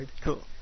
Cool